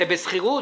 זה בשכירות?